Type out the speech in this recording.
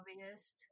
obvious